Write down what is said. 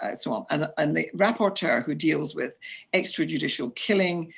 ah so on, and the um the rapporteur who deals with extra judicial killing,